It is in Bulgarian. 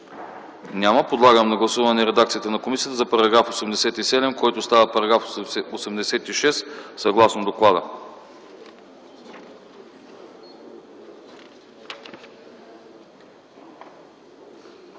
Няма. Подлагам на гласуване редакцията на комисията за § 91, който става § 89 съгласно доклада.